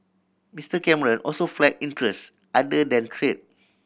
Mister Cameron also flag interests other than trade